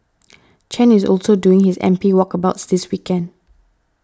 Chen is also doing his M P walkabouts this weekend